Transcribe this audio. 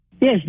Yes